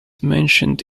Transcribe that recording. mentioned